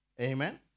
Amen